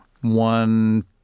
one